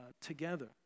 together